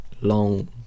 long